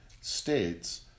states